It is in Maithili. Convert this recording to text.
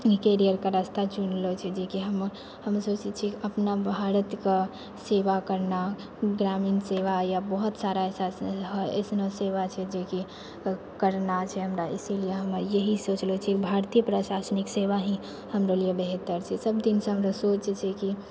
करीयरके रास्ता चुनलहुँ छियै जे की हमे सोचै छियै अपना भारतके सेवा करना ग्रामीण सेवा या बहुत सारा ऐसन ऐसनो सेवा छै जेकि करना छै इसीलिए हमे यहीं सोचलहुँ छियै भारतीय प्रशासनिक सेवा ही हमरे लिए बेहतर छै सबदिनसँ हमरा सोच छै की